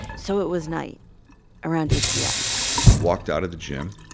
so it was night around, eight p m i walked out of the gym.